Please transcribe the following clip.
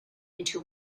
into